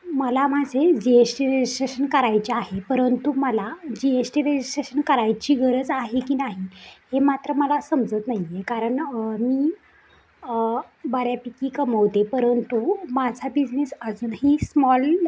मला माझे G S T registration करायचे आहे परंतु मला जी एस टी रजिस्ट्रेशन करायची गरज आहे की नाही हे मात्र मला समजत नाही आहे कारण मी बऱ्यापैकी कमावते परंतु माझा बिझनेस अजूनही स्मॉल